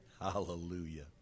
Hallelujah